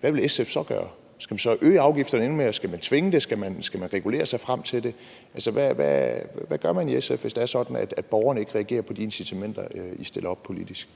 Hvad vil SF så gøre? Skal man så øge afgifterne endnu mere? Skal man tvinge dem, eller skal man regulere sig frem til det? Altså, hvad gør man i SF, hvis det er sådan, at borgerne ikke reagerer på de incitamenter, I stiller op politisk?